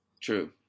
True